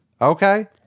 okay